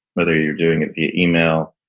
whether you're doing it via email,